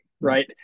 Right